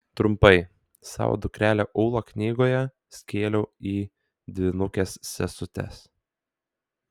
trumpai savo dukrelę ūlą knygoje skėliau į dvynukes sesutes